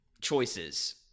choices